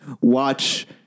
watch